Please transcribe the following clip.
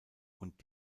und